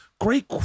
Great